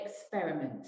experiment